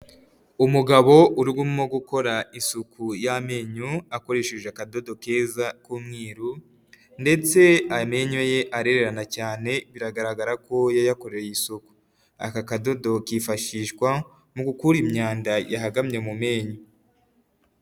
Umugabo uririmo gukora isuku y'amenyo akoresheje akadodo keza k'umweru ndetse amenyo ye arererana cyane biragaragara ko yayakoreye isuku, aka kadodo kifashishwa mu gukura imyanda yahagamye mu menyo.